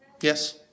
Yes